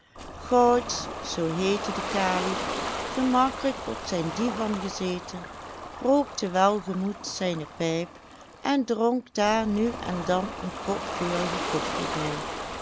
zoo heette die kalif gemakkelijk op zijn divan gezeten rookte welgemoed zijne pijp en dronk daar nu on dan een kop geurige koffij bij